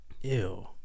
Ew